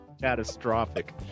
catastrophic